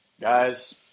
Guys